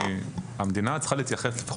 המדינה צריכה להתייחס לפרויקטור,